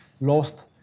lost